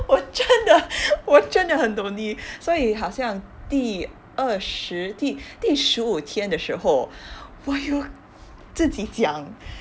我真的我真的很 lonely 所以好像第二十第第十五天的时候我有自己讲